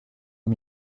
aux